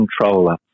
controller